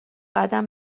قدم